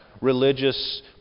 religious